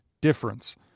difference